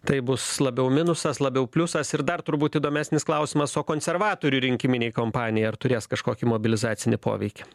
tai bus labiau minusas labiau pliusas ir dar turbūt įdomesnis klausimas o konservatorių rinkiminei kampanijai ar turės kažkokį mobilizacinį poveikį